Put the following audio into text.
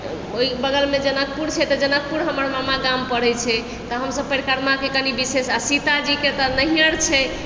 ओहि बगलमे जनकपुर छै तऽ जनकपुर हमर मामागाम पड़ै छै तऽ हमसब परिक्रमा कनि विशेष आओर सीताजीके नैहर छै